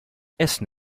essen